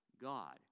God